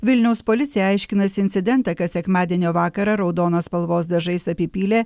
vilniaus policija aiškinasi incidentą kas sekmadienio vakarą raudonos spalvos dažais apipylė